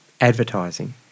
advertising